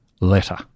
letter